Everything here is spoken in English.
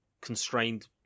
constrained